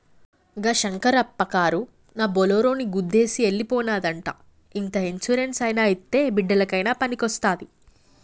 గా శంకరప్ప కారునా బోలోరోని గుద్దేసి ఎల్లి పోనాదంట ఇంత ఇన్సూరెన్స్ అయినా ఇత్తే బిడ్డలకయినా పనికొస్తాది